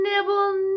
nibble